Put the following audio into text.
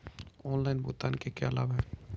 Online भुगतान के क्या लाभ हैं?